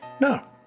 No